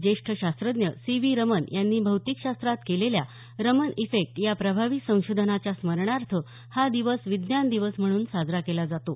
ज्येष्ठ शास्त्रज्ञ सी व्ही रमन यांनी भौतिक शास्त्रात केलेल्या रमन इफेक्ट या प्रभावी संशोधानाच्या स्मरणार्थ हा दिवस विज्ञान दिवस म्हणून साजरा केला जातो